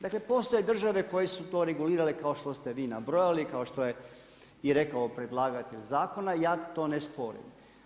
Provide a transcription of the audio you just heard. Dakle postoje države koje su to regulirale kao što ste vi nabrojali, kao što je i rekao predlagatelj zakona, ja to ne sporim.